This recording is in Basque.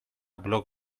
blog